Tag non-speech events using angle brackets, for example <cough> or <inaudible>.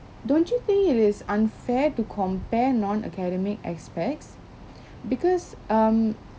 don't you think it is unfair to compare non academic aspects <breath> because um